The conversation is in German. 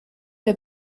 der